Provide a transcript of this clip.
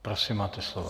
Prosím, máte slovo.